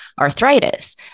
arthritis